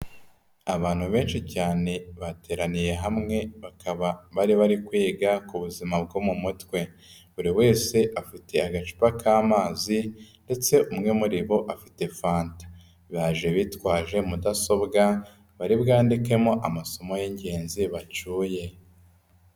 Abantu benshi cyane bateraniye hamwe bakaba bari bari kwiga ku buzima bwo mu mutwe, buri wese afite agacupa k'amazi ndetse umwe muri bo afite fanta, baje bitwaje mudasobwa bari bwandikemo amasomo y'ingenzi bacyuye.